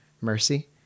mercy